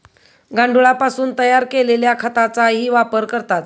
गांडुळापासून तयार केलेल्या खताचाही वापर करतात